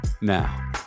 Now